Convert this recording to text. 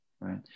Right